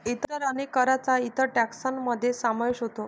इतर अनेक करांचा इतर टेक्सान मध्ये समावेश होतो